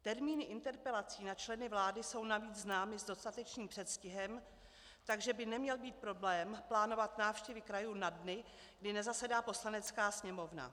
Termíny interpelací na členy vlády jsou navíc známy s dostatečným předstihem, takže by neměl být problém plánovat návštěvy krajů na dny, kdy nezasedá Poslanecká sněmovna.